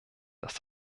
dass